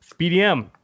BDM